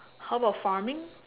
how about farming